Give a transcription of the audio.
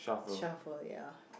shovel ya